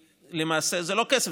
ולמעשה זה לא כסף,